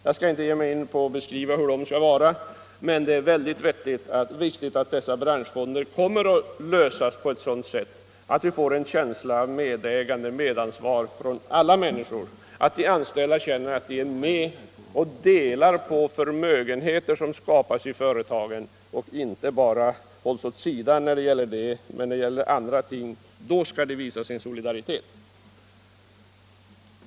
Jag skall inte försöka beskriva hur de fonderna skall vara uppbyggda, men det är väldigt viktigt att de konstrueras på sådant sätt att de anställda får en känsla av medägande och medansvar, att de känner att de är med och delar på förmögenheter som skapas i företagen och inte där hålls åt sidan samtidigt som man kräver att de skall visa solidaritet i andra sammanhang.